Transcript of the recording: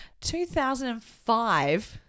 2005